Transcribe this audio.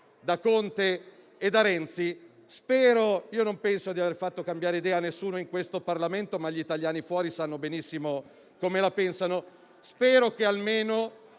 da Conte e da Renzi. Non penso di aver fatto cambiare idea a nessuno in questo Parlamento, ma gli italiani fuori sanno benissimo come la pensano. Spero che almeno